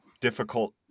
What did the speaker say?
difficult